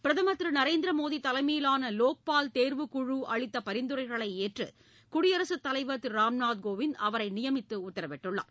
பிரதம் திரு நரேந்திர மோடி தலைமையிலான லோக்பால் தேர்வு குழு அளித்த பரிந்துரைகளை ஏற்று குடியரசுத்தலைவா் திரு ராம்நாத் கோவிந்த் அவரை நியமித்து உத்தரவிட்டுள்ளார்